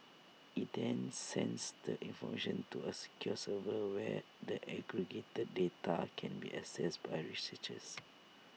IT then sends the information to A secure server where the aggregated data can be accessed by researchers